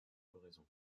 floraison